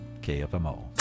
KFMO